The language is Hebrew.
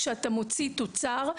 כשאתה מוציא תוצר,